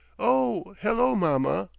oh, hello, mamma,